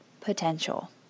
potential